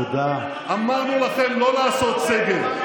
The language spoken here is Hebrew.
אמרנו לכם לא לעשות סגר.